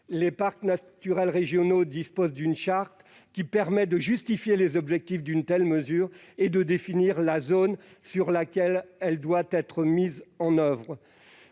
Les parcs naturels régionaux disposent d'une charte qui permet de justifier les objectifs d'une telle mesure et de définir la zone sur laquelle elle doit être mise en oeuvre.